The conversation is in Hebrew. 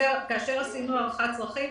כשעשינו הערכת צרכים,